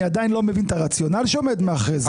עדיין לא מבין את הרציונל שעומד מאחורי זה.